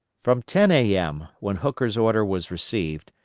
from ten a m, when hooker's order was received,